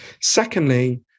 Secondly